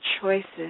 choices